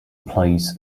plays